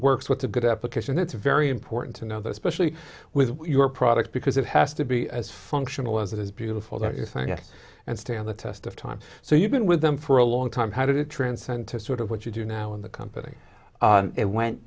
works what's a good application it's very important to know those specially with your product because it has to be as functional as it is beautiful that you think and stand the test of time so you've been with them for a long time how did it transcend to sort of what you do now in the company it went